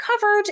covered